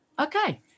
Okay